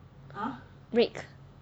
rake